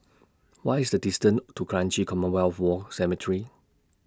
What IS The distance to Kranji Commonwealth War Cemetery